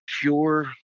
pure